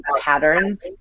patterns